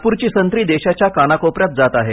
नागपूरची संत्री देशाच्या कानाकोपर्याहत जात आहेत